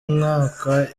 mwaka